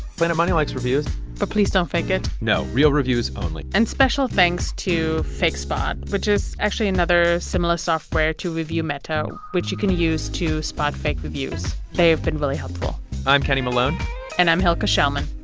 planet money likes reviews but please don't fake it no. real reviews only and special thanks to fakespot, which is actually another similar software to reviewmeta, which you can use to spot fake reviews. they have been really helpful i'm kenny malone and i'm hilke schellmann.